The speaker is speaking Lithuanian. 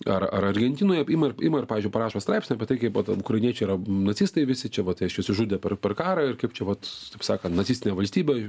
ar ar argentinoj ima ima ir pavyzdžiui parašo straipsnį apie tai kaip ukrainiečiai yra nacistai visi čia va tai nusižudė per per karą ir kaip čia vat taip sakant nacistinė valstybė